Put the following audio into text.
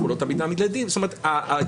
אנחנו לא תמיד נעמיד לדין וכולי.